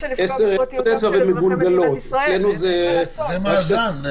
זה מאזן.